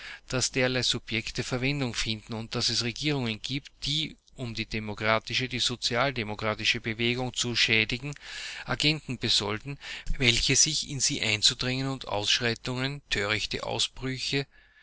daß derlei subjekte verwendung finden und daß es regierungen gibt die um die demokratische die sozialdemokratische bewegung zu schädigen agenten besolden welche sich in sie einzudrängen und ausschreitungen törichte ausbrüche